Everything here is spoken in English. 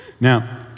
Now